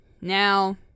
now